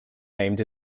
named